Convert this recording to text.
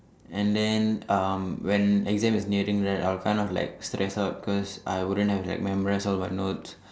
and then um when exam is nearing right I'll kind of like stress out cause I wouldn't have like memorized all my notes